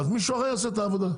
אז מישהו אחר יעשה את העבודה,